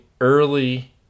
early